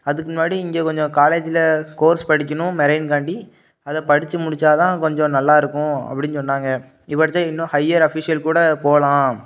அதுக்கு முன்னாடி இங்கே கொஞ்சம் காலேஜ்ஜில் கோர்ஸ் படிக்கணும் மெரெய்ன்காண்டி அதை படித்து முடித்தா தான் கொஞ்சம் நல்லா இருக்கும் அப்படின் சொன்னாங்க இங்கே படித்தா இன்னும் ஹையர் அஃபிஸியல் கூட போகலாம்